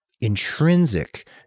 intrinsic